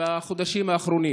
בחודשים האחרונים.